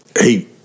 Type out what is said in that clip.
Hey